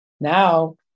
Now